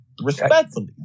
respectfully